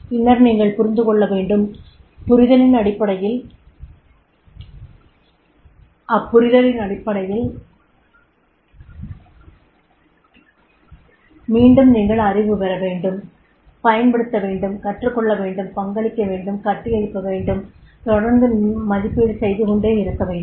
பின்னர் நீங்கள் புரிந்து கொள்ள வேண்டும் அப்புரிதலின் அடிப்படையில் மீண்டும் நீங்கள் அறிவு பெற வேண்டும் பயன்படுத்த வேண்டும் கற்றுக் கொள்ள வேண்டும் பங்களிக்க வேண்டும் கட்டியெழுப்ப வேண்டும் தொடர்ந்து மதிப்பீடு செய்துகொண்டே இருக்கவேண்டும்